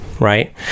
Right